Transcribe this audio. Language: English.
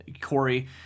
Corey